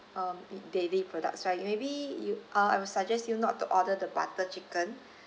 um dairy products right maybe you uh I would suggest you not to order the butter chicken